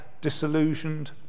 disillusioned